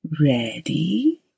Ready